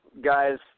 Guys